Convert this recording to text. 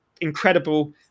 incredible